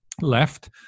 left